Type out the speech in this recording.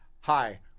hi